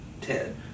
Ted